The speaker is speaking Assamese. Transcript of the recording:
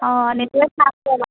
অঁ নেটোৱে চা